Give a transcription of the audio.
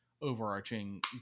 overarching